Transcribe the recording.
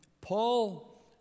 Paul